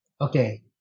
Okay